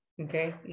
okay